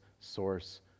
source